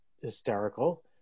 hysterical